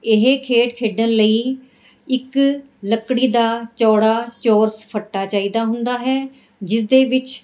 ਇਹ ਖੇਡ ਖੇਡਣ ਲਈ ਇੱਕ ਲੱਕੜੀ ਦਾ ਚੌੜਾ ਚੋਰਸ ਫੱਟਾ ਚਾਹੀਦਾ ਹੁੰਦਾ ਹੈ ਜਿਸ ਦੇ ਵਿੱਚ